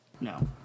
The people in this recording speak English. No